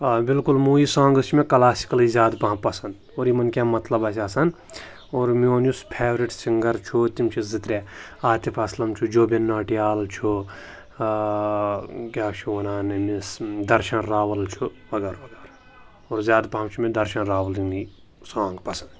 آ بلکل movie songs چھِ مےٚ کلاسِکَلٕے زیادٕ پَہَم پَسنٛد اور یِمَن کیٛاہ مطلب آسہِ آسان اور میون یُس فیورِٹ سِنٛگر چھُ تِم چھِ زٕ ترٛےٚ عاطف اسلم چھُ جوبیٖن ناٹیال چھُ کیٛاہ چھِ وَنان أمِس درشَن راوَل چھُ وغٲر وغٲر اور زیادٕ پَہَم چھِ مےٚ درشَن راولٕنی سانٛگ پَسنٛد